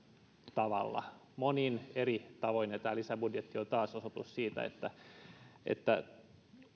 tavalla monin eri tavoin tämä lisäbudjetti on taas osoitus siitä että että